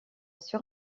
sur